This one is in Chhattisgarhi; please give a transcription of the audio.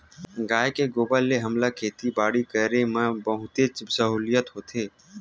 गाय के गोबर ले हमला खेती बाड़ी करे म बहुतेच सहूलियत होथे